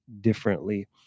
differently